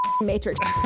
matrix